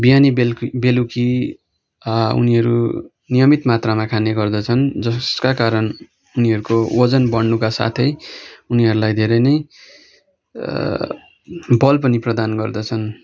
बिहान बेलुकी उनीहरू नियमित मात्रामा खाने गर्दछन् जसका कारण उनीहरूको ओजन बढ्नुका साथै उनीहरलाई धेरै नै बल पनि प्रदान गर्दछन्